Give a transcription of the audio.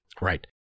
Right